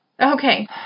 Okay